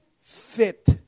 fit